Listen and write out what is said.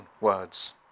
words